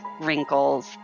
wrinkles